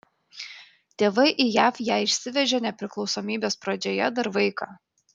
tėvai į jav ją išsivežė nepriklausomybės pradžioje dar vaiką